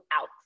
out